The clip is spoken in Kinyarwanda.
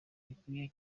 gikwiye